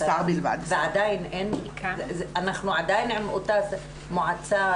אנחנו עדיין עם אותה מועצה,